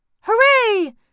Hooray